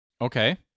Okay